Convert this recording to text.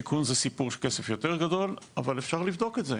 זה סיפור של כסף יותר גדול, אבל אפשר לבדוק את זה.